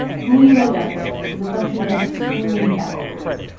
who you end up with is a function of so many factors.